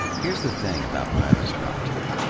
here's the thing about myra's project.